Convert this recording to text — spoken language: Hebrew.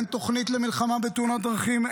אין תוכנית למלחמה בתאונות דרכים,